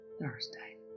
Thursday